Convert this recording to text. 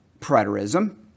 preterism